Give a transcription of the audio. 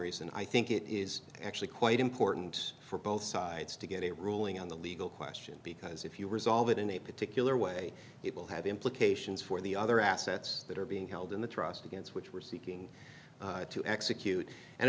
reason i think it is actually quite important for both sides to get a ruling on the legal question because if you resolve it in a particular way it will have implications for the other assets that are being held in the trust against which we're seeking to execute and